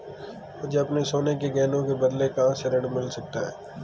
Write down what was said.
मुझे अपने सोने के गहनों के बदले कहां से ऋण मिल सकता है?